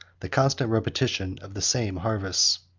the constant repetition of the same harvests.